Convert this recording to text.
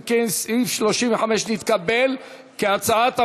אם כן, סעיף 35 נתקבל כהצעת הוועדה.